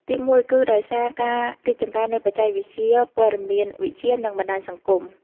ទីមួយគឺដោយសារការរីកចម្រើននៃបច្ចេកវិទ្យាព័ត៌មានវិទ្យានិងបណ្តាញសង្គម។